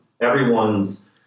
Everyone's